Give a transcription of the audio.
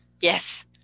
yes